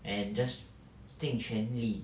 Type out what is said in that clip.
and just 尽全力